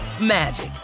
magic